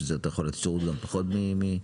שזה גם פחות מ...